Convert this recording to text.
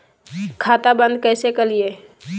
खाता बंद कैसे करिए?